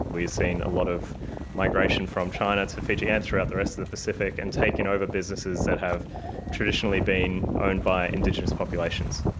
we've seen a lot of migration from china to fiji and throughout the rest of the pacific and taking over businesses that have traditionally been owned by indigenous populations.